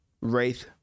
wraith